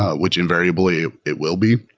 which invariably it will be,